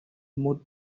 more